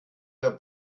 der